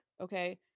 okay